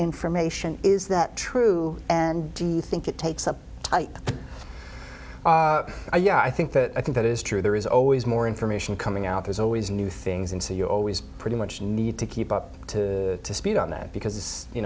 information is that true and do you think it takes up yeah i think that i think that is true there is always more information coming out there's always new things and so you always pretty much need to keep up to speed on that because